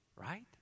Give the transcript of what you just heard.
right